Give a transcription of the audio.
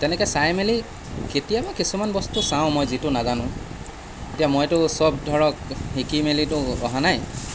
তেনেকৈ চাই মেলি কেতিয়াবা কিছুমান বস্তু চাওঁ মই যিটো নাজানো এতিয়া মইতো সব ধৰক শিকি মেলিতো অহা নাই